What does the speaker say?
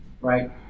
right